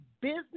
business